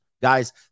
Guys